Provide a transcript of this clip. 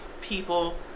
people